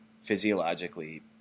physiologically